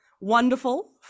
wonderful